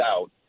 out